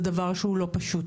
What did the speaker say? זה דבר שהוא לא פשוט,